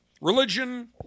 Religion